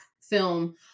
film